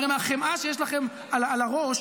הרי מהחמאה שיש לכם על הראש,